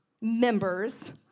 members